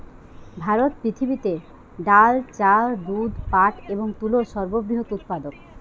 ভারত পৃথিবীতে ডাল, চাল, দুধ, পাট এবং তুলোর সর্ববৃহৎ উৎপাদক